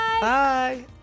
Bye